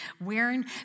wearing